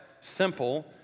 simple